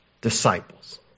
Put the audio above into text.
disciples